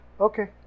Okay